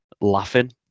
laughing